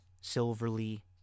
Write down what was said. Silverly